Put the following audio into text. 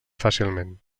fàcilment